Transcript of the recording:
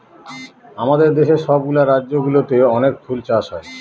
আমাদের দেশের সব গুলা রাজ্য গুলোতে অনেক ফুল চাষ হয়